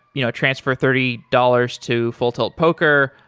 you know transferred thirty dollars to full tilt poker.